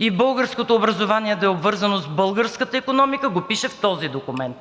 и българското образование да е обвързано с българската икономика, го пише в този документ.